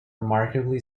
remarkably